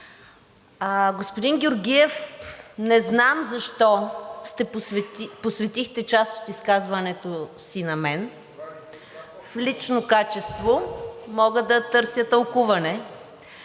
Господин Георгиев, не знам защо посветихте част от изказването си на мен – в лично качество, мога да търся тълкуване.